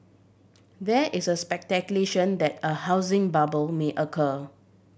there is a that a housing bubble may occur